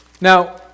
Now